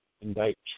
indict